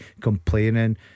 Complaining